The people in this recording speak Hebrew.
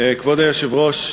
כבוד היושב-ראש,